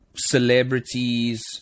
celebrities